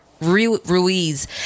Ruiz